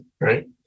right